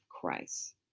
Christ